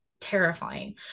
terrifying